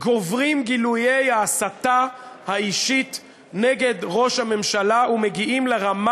גוברים גילויי ההסתה האישית נגד ראש הממשלה ומגיעים לרמה